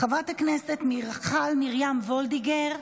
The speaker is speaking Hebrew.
חברת הכנסת מיכל מרים וולדיגר,